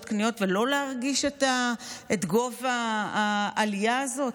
קניות ולא להרגיש את גובה העלייה הזאת?